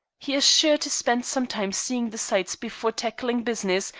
he is sure to spend some time seeing the sights before tackling business,